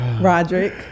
Roderick